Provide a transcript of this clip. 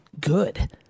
good